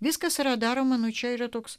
viskas yra daroma nuo čia yra toks